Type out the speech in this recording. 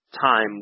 time